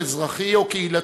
אזרחי או קהילתי.